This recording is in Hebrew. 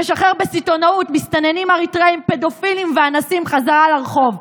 שמשחרר בסיטונאות מסתננים אריתריאים פדופילים ואנסים חזרה לרחוב.